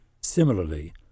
similarly